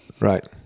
Right